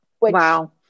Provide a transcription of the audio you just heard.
Wow